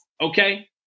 Okay